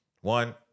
One